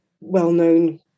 well-known